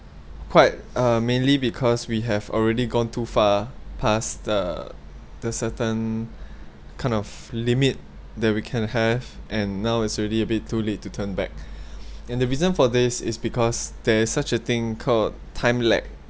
quite uh mainly because we have already gone too far past the the certain kind of limit that we can have and now it's already a bit too late to turn back and the reason for this is because there is such a thing called time lag